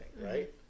right